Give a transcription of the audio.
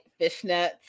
fishnets